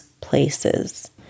places